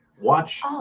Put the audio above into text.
watch